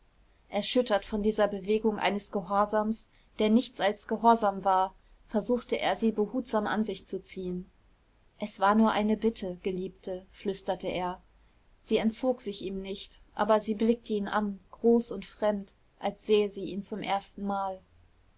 erschüttert von dieser bewegung eines gehorsams der nichts als gehorsam war versuchte er sie behutsam an sich zu ziehen es war nur eine bitte geliebte flüsterte er sie entzog sich ihm nicht aber sie blickte ihn an groß und fremd als sähe sie ihn zum erstenmal